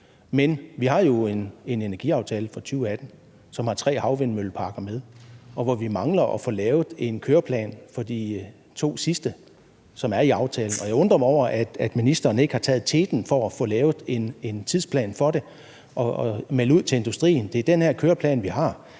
Men vi har jo en energiaftale fra 2018, som har tre havvindmølleparker med, og hvor vi mangler at få lavet en køreplan for de to sidste, som er i aftalen. Og jeg undrer mig over, at ministeren ikke har taget teten i forhold til at få lavet en tidsplan for det og meldt ud til industrien, at det er den køreplan, vi har.